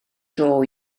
dro